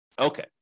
Okay